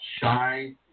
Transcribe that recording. shy